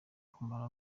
kumara